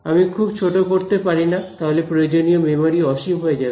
আমি খুব ছোট করতে পারিনা তাহলে প্রয়োজনীয় মেমোরি অসীম হয়ে যাবে